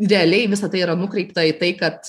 realiai visa tai yra nukreipta į tai kad